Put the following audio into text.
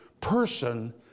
person